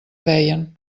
deien